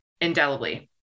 indelibly